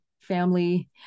family